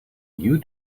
you